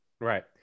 right